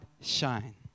shine